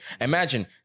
Imagine